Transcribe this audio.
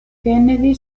kennedy